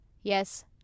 Yes